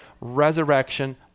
resurrection